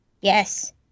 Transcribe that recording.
Yes